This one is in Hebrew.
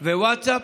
ווטסאפ,